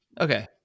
Okay